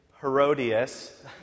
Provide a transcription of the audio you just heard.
Herodias